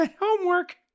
homework